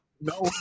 No